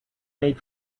made